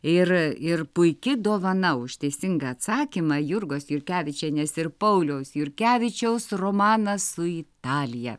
ir ir puiki dovana už teisingą atsakymą jurgos jurkevičienės ir pauliaus jurkevičiaus romanas su italija